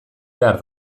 behar